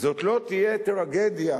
זאת לא תהיה טרגדיה,